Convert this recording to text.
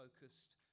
focused